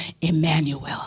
Emmanuel